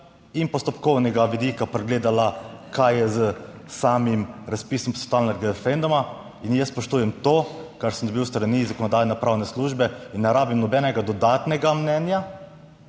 in postopkovnega vidika pregledala, kaj je s samim razpisom posvetovalnega referenduma in jaz spoštujem to, kar sem dobil s strani Zakonodajno-pravne službe in ne rabim nobenega dodatnega mnenja.